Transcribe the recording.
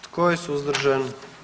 Tko je suzdržan?